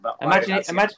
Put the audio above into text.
Imagine